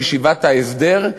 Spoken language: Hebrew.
בישיבת ההסדר,